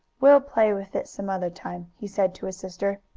we'll play with it some other time, he said to his sister.